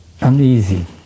uneasy